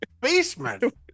basement